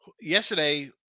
yesterday